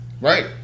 Right